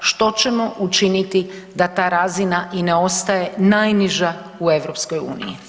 Što ćemo učiniti da ta razina i ne ostaje najniža u EU?